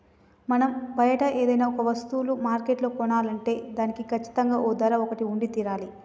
మనం బయట ఏదైనా ఒక వస్తువులు మార్కెట్లో కొనాలంటే దానికి కచ్చితంగా ఓ ధర ఒకటి ఉండి తీరాలి